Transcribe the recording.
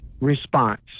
response